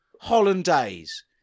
hollandaise